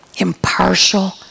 impartial